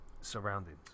surroundings